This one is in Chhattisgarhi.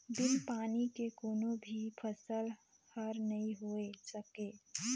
बिन पानी के कोनो भी फसल हर नइ होए सकय